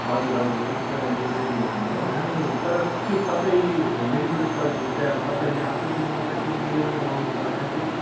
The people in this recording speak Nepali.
हजुर हजुर एकदमै एभ्रीडे लाने हो अनि तर के तपाईँ होम डेलिभरी सर्भिस चाहिँ अब तपाईँले आफै दिनुहुन्छ कि म लिनु आउनु पर्छ कि